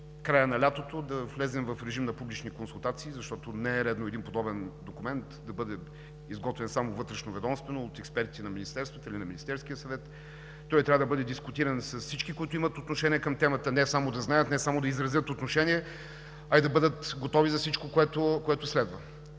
бъдем готови да влезем в режим на публични консултации, защото не е редно подобен документ да бъде изготвен само вътрешноведомствено, от експерти на министерствата или на Министерския съвет. Той трябва да бъде дискутиран с всички, които имат отношение към темата не само да знаят, не само да изразят отношение, а и да бъдат готови за всичко, което следва.